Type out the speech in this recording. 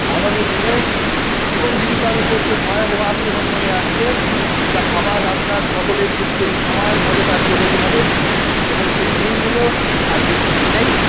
আগামীদিনে জীবন জীবিকার ওপর যে ভয়াবহ আক্রমণ নেমে আসছে এটা আমার আপনার সকলের ক্ষেত্রেই সমানভাবে কার্যকরী হবে এবং সেই দিনগুলো আর বেশি দিন নেই